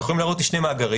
יכולים להראות לי שני מאגרים,